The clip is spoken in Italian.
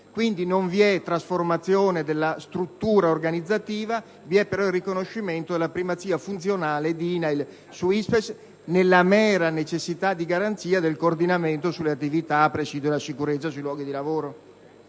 non vi è una trasformazione della struttura organizzativa, bensì il riconoscimento della primazia funzionale dell'INAIL sull'ISPESL, nella mera necessità di garanzia del coordinamento sulle attività a presidio della sicurezza sui luoghi di lavoro.